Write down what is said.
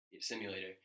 simulator